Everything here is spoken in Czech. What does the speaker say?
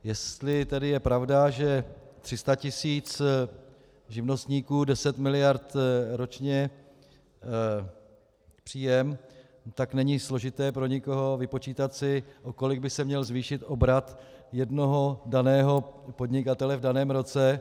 Jestli tedy je pravda, že 300 tisíc živnostníků, 10 mld. ročně příjem, tak není složité pro nikoho vypočítat si, o kolik by se měl zvýšit obrat jednoho daného podnikatele v daném roce.